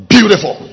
Beautiful